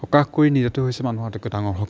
প্ৰকাশ কৰি নিদিয়াতো হৈছে মানুহৰ আটাইতকৈ ডাঙৰ শক্তি